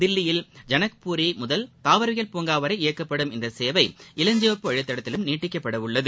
தில்லியில் ஜனக்பூரி முதல் தாவரவியல் பூங்கா வரை இயக்கப்படும் இந்த சேவை இளஞ்சிவப்பு வழித்தடத்திலும் நீட்டிக்கப்பட உள்ளது